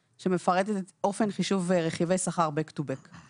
שמפרטת את אופן חישוב רכיבי שכר back to back,